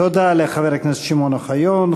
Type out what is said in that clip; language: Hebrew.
תודה לחבר הכנסת שמעון אוחיון.